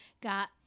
got